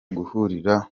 guhurira